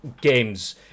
Games